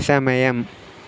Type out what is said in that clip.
సమయం